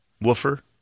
woofer